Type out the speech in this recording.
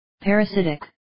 parasitic